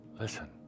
Listen